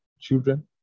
children